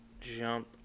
jump